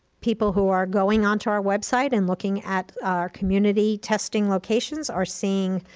people who are going onto our website and looking at our community testing locations are seeing